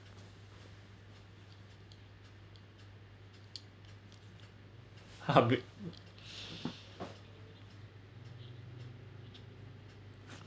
haha good